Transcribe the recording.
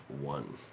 One